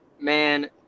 Man